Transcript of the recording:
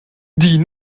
die